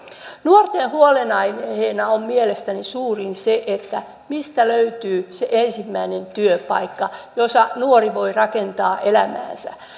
nuorten huolenaiheista on mielestäni suurin se mistä löytyy se ensimmäinen työpaikka mistä nuori voi rakentaa elämäänsä